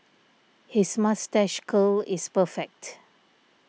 his moustache curl is perfect